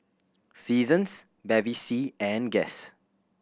Seasons Bevy C and Guess